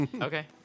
Okay